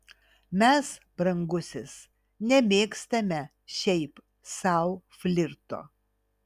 mes brangusis nemėgstame šiaip sau flirto